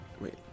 Wait